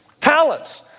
Talents